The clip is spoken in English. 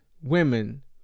women